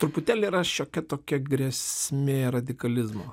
truputėlį yra šiokia tokia grėsmė radikalizmo